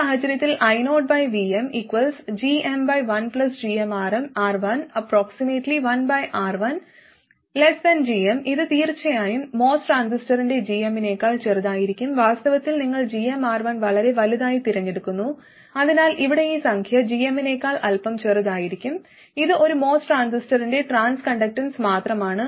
ഈ സാഹചര്യത്തിൽiovigm1gmR11R1gm ഇത് തീർച്ചയായും MOS ട്രാൻസിസ്റ്ററിന്റെ gm നേക്കാൾ ചെറുതായിരിക്കും വാസ്തവത്തിൽ നിങ്ങൾ gmR1 വളരെ വലുതായി തിരഞ്ഞെടുക്കുന്നു അതിനാൽ ഇവിടെ ഈ സംഖ്യ gm നേക്കാൾ അല്പം ചെറുതായിരിക്കും ഇത് ഒരു MOS ട്രാൻസിസ്റ്ററിന്റെ ട്രാൻസ് കണ്ടക്ടൻസ് മാത്രമാണ്